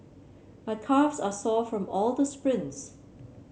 my calves are sore from all the sprints